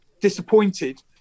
disappointed